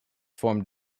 formed